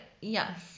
yes